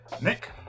Nick